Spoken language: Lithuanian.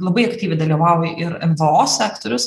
labai aktyviai dalyvauja ir nvo sektorius